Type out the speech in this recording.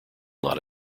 not